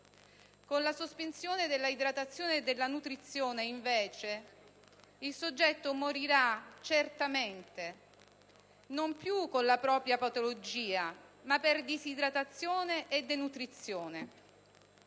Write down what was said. Con la sospensione della idratazione e della nutrizione, invece, il soggetto morirà certamente, non più con la propria patologia, ma per disidratazione e denutrizione.